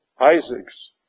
Isaac's